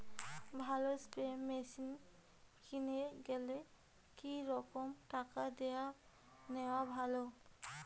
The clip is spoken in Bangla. ভালো স্প্রে মেশিন কিনির গেলে কি রকম টাকা দিয়া নেওয়া ভালো?